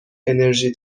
انرژی